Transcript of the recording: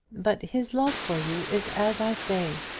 but his love for you is as i say.